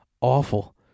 awful